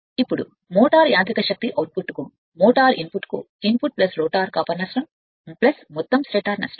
ఇప్పుడు మోటారు యాంత్రిక శక్తి అవుట్పుట్కు మోటర్ ఇన్పుట్కు ఇన్పుట్ రోటర్ జంట నష్టం మొత్తం స్టేటర్ నష్టం